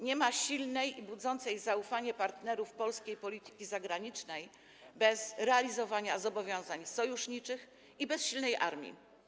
Nie ma silnej i budzącej zaufanie partnerów polskiej polityki zagranicznej bez realizowania zobowiązań sojuszniczych i bez silnej armii.